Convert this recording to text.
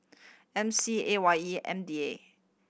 M C A Y E M D A